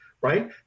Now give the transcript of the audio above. Right